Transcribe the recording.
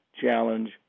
challenge